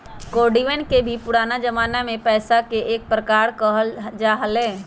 कौडियवन के भी पुराना जमाना में पैसा के एक प्रकार कहल जा हलय